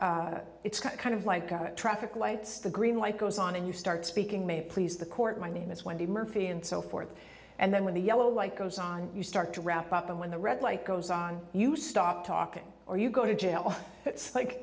it's kind of like traffic lights the green light goes on and you start speaking may please the court my name is wendy murphy and so forth and then when the yellow light goes on you start to wrap up and when the red light goes on you stop talking or you go to jail it's like